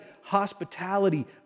hospitality